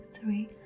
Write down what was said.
three